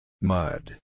Mud